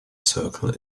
circle